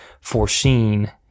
foreseen